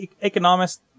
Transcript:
economist